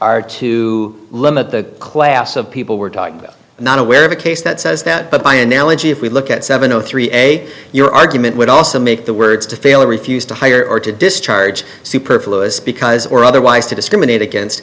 are to limit the class of people we're talking about not aware of a case that says that but by analogy if we look at seven o three a your argument would also make the words to fail or refuse to hire or to discharge superfluous because or otherwise to discriminate against